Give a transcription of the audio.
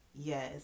Yes